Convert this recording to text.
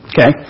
Okay